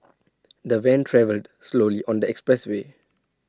the van travelled slowly on the expressway